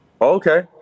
Okay